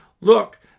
Look